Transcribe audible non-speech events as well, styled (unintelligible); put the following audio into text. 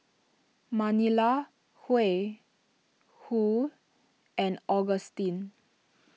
Manilla (unintelligible) Huy and Augustin